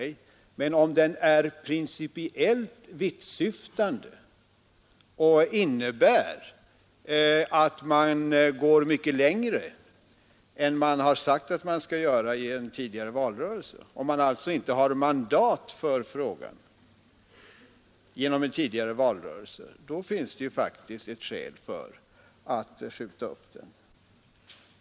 Nej, men om förslaget är principiellt vittsyftande och innebär, att man går mycket längre än man tidigare sagt att man skall göra, och man alltså inte har mandat för förslaget genom en tidigare valrörelse, då finns det skäl för att uppskjuta behandlingen.